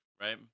Right